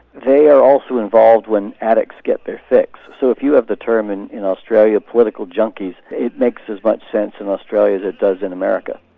they are also involved when addicts get their fix. so if you have the term and in australia political junkies, it makes as much sense in australia as it does in america.